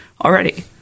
already